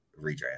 redraft